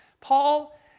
Paul